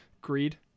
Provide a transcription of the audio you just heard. greed